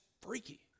freaky